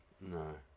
no